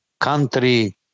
Country